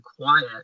quiet